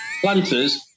planters